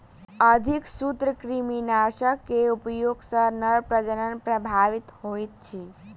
अधिक सूत्रकृमिनाशक के उपयोग सॅ नर प्रजनन प्रभावित होइत अछि